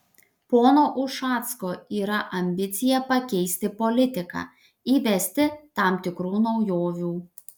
pono ušacko yra ambicija pakeisti politiką įvesti tam tikrų naujovių